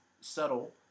subtle